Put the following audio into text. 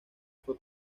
fue